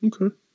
Okay